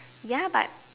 ya but